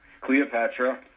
Cleopatra